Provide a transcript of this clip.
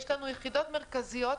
יש לנו יחידות מרכזיות במג"ב,